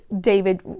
David